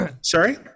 Sorry